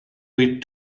bit